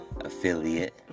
affiliate